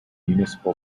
municipal